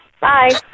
bye